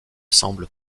semble